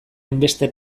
hainbeste